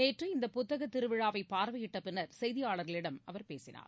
நேற்று இந்த புத்தகத் திருவிழாவைபார்வையிட்டபின்னர் செய்தியாளர்களிடம் அவர் பேசினார்